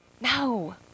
No